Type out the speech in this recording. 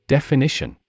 Definition